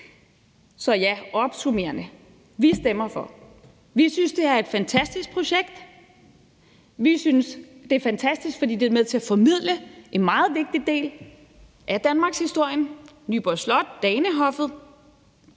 vil jeg sige: Ja, vi stemmer for. Vi synes, det er et fantastisk projekt, vi synes, det er fantastisk, fordi det er med til at formidle en meget vigtig del af danmarkshistorien, Nyborg Slot, danehoffet.